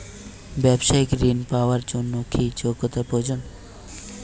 ব্যবসায়িক ঋণ পাওয়ার জন্যে কি যোগ্যতা প্রয়োজন?